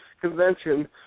convention